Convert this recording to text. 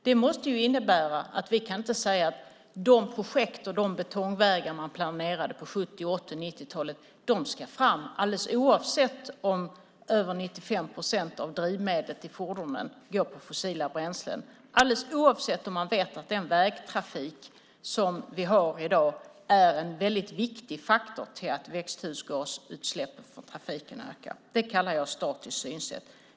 Det måste innebära att vi inte kan säga att de projekt och betongvägar som planerades på 70-, 80 och 90-talen ska fram oavsett om mer än 95 procent av fordonens drivmedel består av fossila bränslen och oavsett om vi vet att dagens vägtrafik är en viktig orsak till att utsläppen av växthusgaser från trafiken ökar. Det kallar jag ett statiskt synsätt.